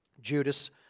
Judas